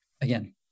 again